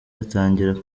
atangira